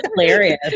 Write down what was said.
hilarious